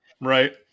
Right